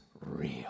real